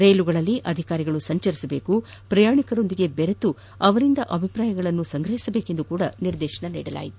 ರೈಲುಗಳಲ್ಲಿ ಅಧಿಕಾರಿಗಳು ಸಂಚರಿಸಿ ಪ್ರಯಾಣಿಕರೊಂದಿಗೆ ಬೆರೆತು ಅವರಿಂದ ಅಭಿಪ್ರಾಯಗಳನ್ನು ಸಂಗ್ರಹಿಸಬೇಕೆಂದು ಸಹ ನಿರ್ದೇಶನ ನೀಡಿದರು